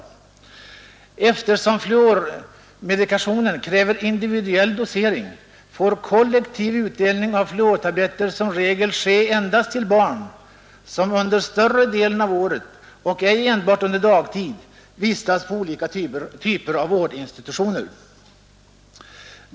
Eftersom fluormedikationen kräver individuell dosering får kollektiv utdelning av fluortabletter som regel ske endast till barn som under större delen av året och ej enbart under dagtid vistas på olika typer av vårdinstitutioner.